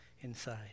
inside